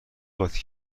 قاطی